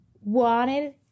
wanted